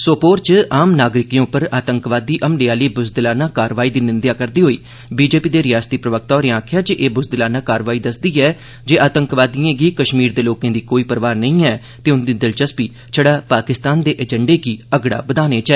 सोपोर च आम नागरिकें उप्पर आतंकवादी हमले आह्ली बुजदिलाना कार्रवाई दी निंदेआ करदे होई बीजेपी दे रिआसती प्रवक्ता होरें आखेआ जे एह् बुज़दिलाना कार्रवाई दस्सदी ऐ जे आतंकवादिएं गी कश्मीर दे लोके दी कोई परवाह नेई ऐ ते उंदी दिलचस्पी छड़ा पाकस्तान दे एजेंडे गी अगड़ा बघाने च गै ऐ